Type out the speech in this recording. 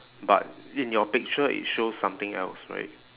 but in your picture it shows something else right